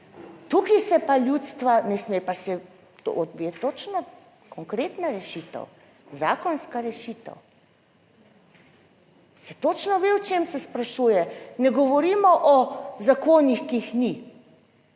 Tukaj se pa ljudstva ne sme, pa se odvija točno konkretna rešitev, zakonska rešitev. Se točno ve, o čem se sprašuje. Ne govorimo o zakonih, ki jih ni,